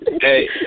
Hey